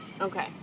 Okay